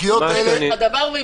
דבר והיפוכו.